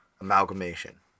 Amalgamation